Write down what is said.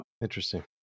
Interesting